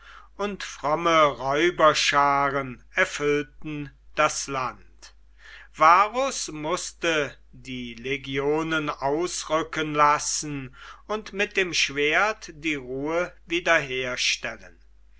und fromme räuberscharen erfüllten das land varus mußte die legionen ausrücken lassen und mit dem schwert die ruhe wieder